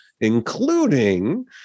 including